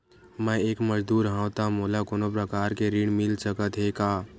मैं एक मजदूर हंव त मोला कोनो प्रकार के ऋण मिल सकत हे का?